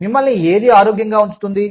మిమ్మల్ని ఏది ఆరోగ్యంగా ఉంచుతుంది